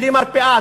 בלי מרפאה,